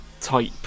type